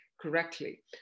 correctly